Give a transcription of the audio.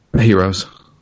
Heroes